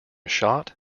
shot